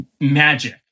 magic